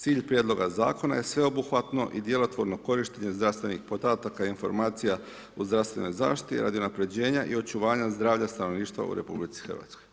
Cilj Prijedloga zakona je sveobuhvatno i djelotvorno korištenje zdravstvenih podataka i informacija u zdravstvenoj zaštiti radi unapređenja i očuvanja zdravlja stanovništva u RH.